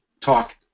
talk